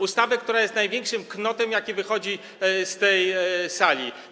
Ustawę, która jest największym knotem, jaki wychodzi z tej sali.